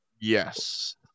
Yes